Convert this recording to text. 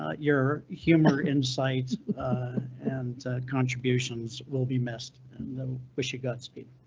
ah your humor, insight and contributions will be missed and the wish you godspeed.